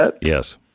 Yes